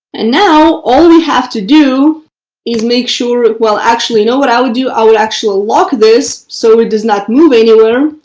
and now all we have to do is make sure well, actually, no, what i would do, i would actually lock this so it does not move anywhere.